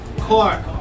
clark